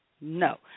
No